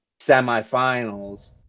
semifinals